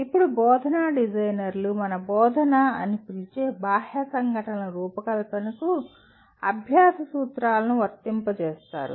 ఇప్పుడు బోధనా డిజైనర్లు మనం బోధన అని పిలిచే బాహ్య సంఘటనల రూపకల్పనకు అభ్యాస సూత్రాలను వర్తింపజేస్తారు